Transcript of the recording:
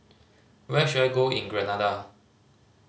where should I go in Grenada